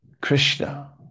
Krishna